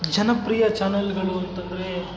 ಜನಪ್ರಿಯ ಚಾನಲ್ಗಳು ಅಂತಂದರೆ